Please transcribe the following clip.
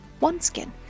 OneSkin